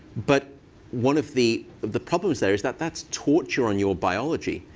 but one of the of the problems there is that that's torturing your biology.